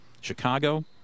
Chicago